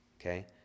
Okay